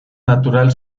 natural